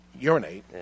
urinate